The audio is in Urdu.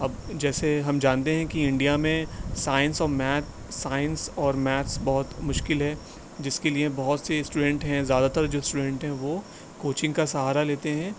اب جیسے ہم جانتے ہیں کہ انڈیا میں سائنس اور میتھ سائنس اور میتھس بہت مشکل ہے جس کے لیے بہت سے اسٹوڈینٹ ہیں زیادہ تر جو اسٹوڈینٹ ہیں وہ کوچنگ کا سہارا لیتے ہیں